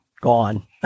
gone